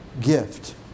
gift